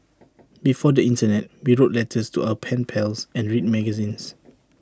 before the Internet we wrote letters to our pen pals and read magazines